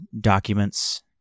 documents